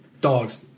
Dogs